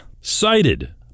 cited